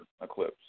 eclipse